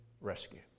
rescue